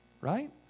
right